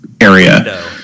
area